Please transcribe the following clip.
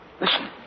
Listen